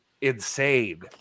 insane